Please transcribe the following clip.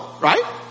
right